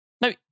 No